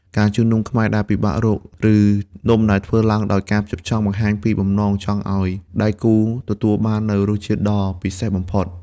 ការជូននំខ្មែរដែលពិបាករក ឬនំដែលធ្វើឡើងដោយការផ្ចិតផ្ចង់ បង្ហាញពីបំណងចង់ឱ្យដៃគូទទួលបាននូវរសជាតិដ៏ពិសេសបំផុត។